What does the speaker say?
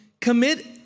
commit